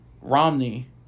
Romney